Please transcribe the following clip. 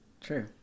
True